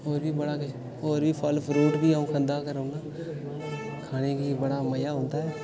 होर बी बड़ा केश होर बी फल फ्रूट बी अ'ऊं खंदा गै रौंह्ना खाने गी अ'ऊं बड़ा मजा औंदा ऐ